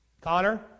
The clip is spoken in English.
Connor